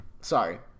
Sorry